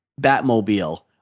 Batmobile